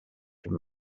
him